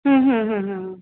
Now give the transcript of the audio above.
ਹੂੰ ਹੂੰ ਹੂੰ ਹੂੰ